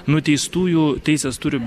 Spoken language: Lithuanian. nuteistųjų teisės turi